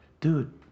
dude